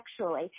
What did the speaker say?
sexually